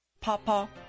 Papa